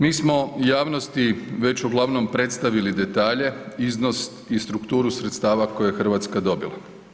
Mi smo javnosti već uglavnom predstavili detalje, iznos i strukturu sredstava koje je Hrvatska dobila.